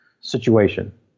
situation